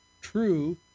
true